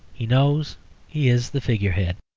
he knows he is the figurehead.